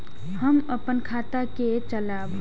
हम अपन खाता के चलाब?